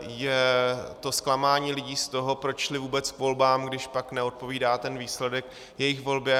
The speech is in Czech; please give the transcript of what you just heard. Je to zklamání lidí z toho, proč šli vůbec k volbám, když pak neodpovídá ten výsledek jejich volbě.